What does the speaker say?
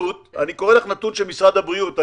אני קורא לך נתון של משרד הבריאות,